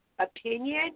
opinion